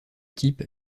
type